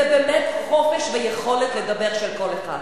זה באמת חופש ויכולת לדבר של כל אחד.